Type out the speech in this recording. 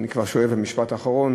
אני שואף, משפט אחרון.